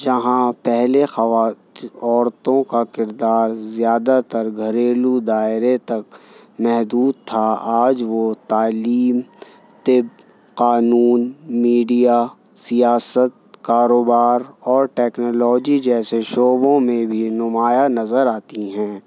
جہاں پہلے عورتوں کا کردار زیادہ تر گھریلو دائرے تک محدود تھا آج وہ تعلیم طب قانون میڈیا سیاست کاروبار اور ٹیکنالوجی جیسے شعبوں میں بھی نمایاں نظر آتی ہیں